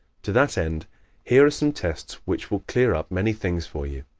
to that end here are some tests which will clear up many things for you.